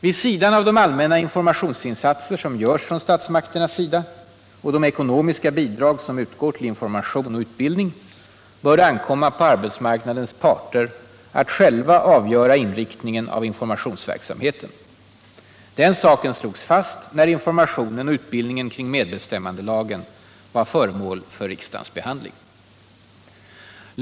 Vid sidan av de allmänna informationsinsatser som görs från statsmakternas sida och de ekonomiska bidrag som utgår till information och utbildning bör det ankomma på arbetsmarknadens parter att själva avgöra inriktningen av informationsverksamheten. Den saken slogs fast, när informationen och utbildningen kring medbestämmandelagen var föremål för riksdagens behandling.